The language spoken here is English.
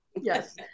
Yes